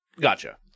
gotcha